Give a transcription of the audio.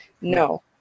No